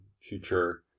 future